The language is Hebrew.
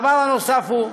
הדבר הנוסף הוא: